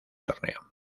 torneo